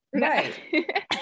right